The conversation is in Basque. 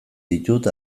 ditut